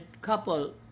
couple